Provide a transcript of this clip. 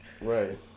Right